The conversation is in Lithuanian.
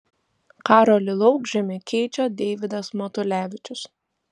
karolį laukžemį keičia deivydas matulevičius